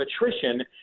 attrition